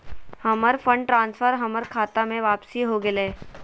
हमर fund transfer हमर खता में वापसी हो गेलय